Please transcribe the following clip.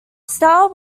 starr